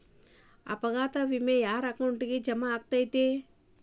ಅಪಘಾತ ವಿಮೆ ಯಾರ್ ಅಕೌಂಟಿಗ್ ಜಮಾ ಆಕ್ಕತೇ?